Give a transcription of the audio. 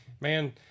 man